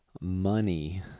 money